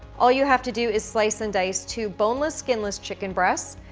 all you have to do is slice and dice two boneless, skinless chicken breasts,